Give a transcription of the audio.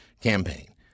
campaign